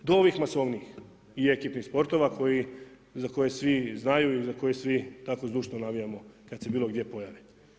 Do ovih masovnijih i ekipnih sportova za koje svi znaju i za koje svi tako zdušno navijamo kad se bilo gdje pojave.